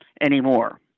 anymore